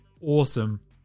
awesome